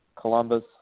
Columbus